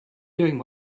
doing